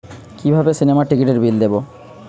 কিভাবে সিনেমার টিকিটের বিল দেবো?